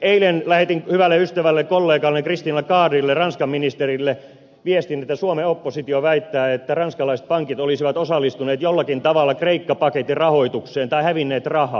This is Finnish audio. eilen lähetin hyvälle ystävälleni kollegalleni christine lagardelle ranskan ministerille viestin että suomen oppositio väittää että ranskalaiset pankit olisivat osallistuneet jollakin tavalla kreikka paketin rahoitukseen tai hävinneet rahaa